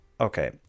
Okay